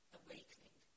awakening